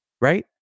Right